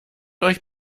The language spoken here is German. euch